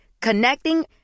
Connecting